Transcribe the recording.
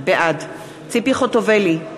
בעד ציפי חוטובלי,